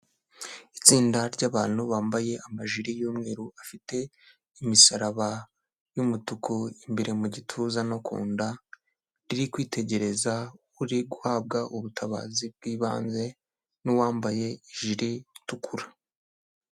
Itsinda ry'abantu bambaye amajiri y'umweru, afite imisaraba y'umutuku, imbere mu gituza no ku nda riri kwitegereza uri guhabwa ubutabazi bw'ibanze n'uwambaye ijiri itukura.